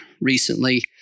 recently